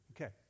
Okay